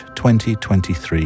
2023